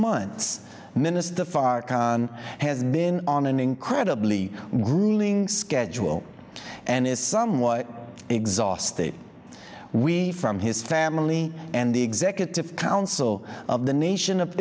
months minister farrakhan has been on an incredibly grueling schedule and is somewhat in exhausted we from his family and the executive council of the nation of